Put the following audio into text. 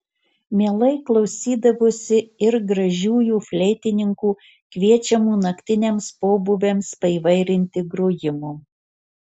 mielai klausydavosi ir gražiųjų fleitininkų kviečiamų naktiniams pobūviams paįvairinti grojimo